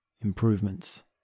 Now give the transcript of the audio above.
improvements